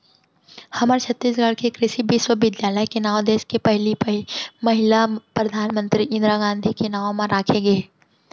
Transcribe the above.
हमर छत्तीसगढ़ के कृषि बिस्वबिद्यालय के नांव देस के पहिली महिला परधानमंतरी इंदिरा गांधी के नांव म राखे गे हे